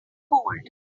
cold